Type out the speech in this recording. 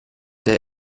der